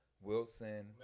Wilson